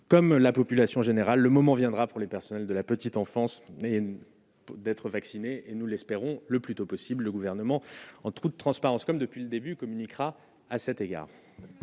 comme la population générale, le moment viendra pour les personnels de la petite enfance, mais d'être vacciné et nous l'espérons, le plus tôt possible, le gouvernement en toute transparence, comme depuis le début, communiquera à cet égard.